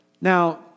Now